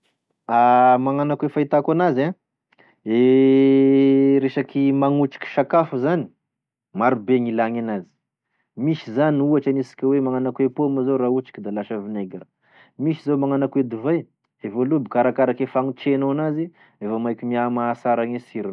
Magnano akoa e fahitako anazy resaky magnotriky sakafo zany marobe gn'ilagny enazy misy zany ohatry anisika hoe magnano akohoe poma raha ahotriky da lasa vinaigre, misy zao magnano akoe divay e voalobiky arakarake fagnotrehanao enazy e voamaiky mia mahasara gne sirony.